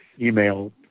email